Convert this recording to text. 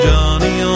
Johnny